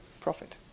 profit